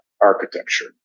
architecture